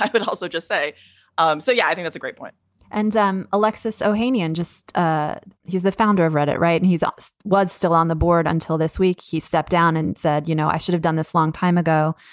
i would also just say um so. yeah, i think it's a great point and um alexis ohanian just ah he's the founder of reddit. right. and he's asked was still on the board until this week. he stepped down and said, you know, i should have done this long time ago.